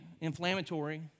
inflammatory